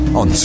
on